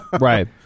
right